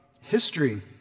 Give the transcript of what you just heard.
history